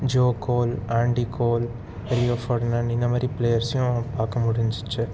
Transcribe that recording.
Joe Cole Andy Cole Leo Ferdinand இந்த மாரி பிளேயர்ஸையும் பார்க்க முடிஞ்சிச்சு